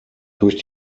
durch